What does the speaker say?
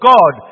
God